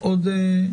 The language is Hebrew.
יש לך עוד משהו להוסיף?